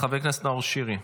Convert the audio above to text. חבר הכנסת נאור שירי.